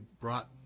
brought